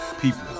people